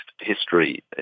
history